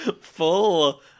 Full